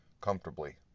comfortably